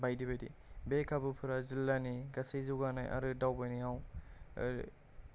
बायदि बायदि बे खाबुफोरा जिल्लानि गासै जौगानाय आरो दावबायनायाव ओरै